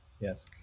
yes